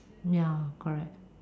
ya correct